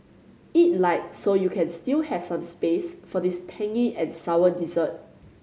eat light so you can still have some space for this tangy and sour dessert